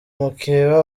mukeba